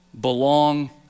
belong